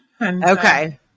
Okay